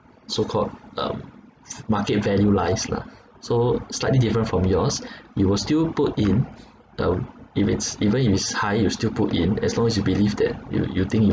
so called um market value lies lah so slightly different from yours you will still put in uh if it's even if it's high you still put in as long as you believe that you you think you